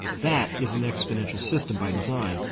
that is an exponential system by design,